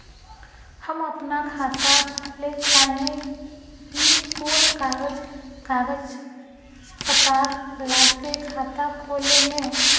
हम अपन खाता खोले चाहे ही कोन कागज कागज पत्तार लगते खाता खोले में?